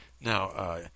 now